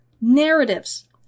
narratives